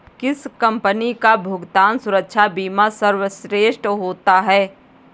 किस कंपनी का भुगतान सुरक्षा बीमा सर्वश्रेष्ठ होता है?